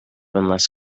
unless